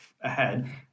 ahead